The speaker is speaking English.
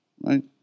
Right